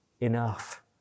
enough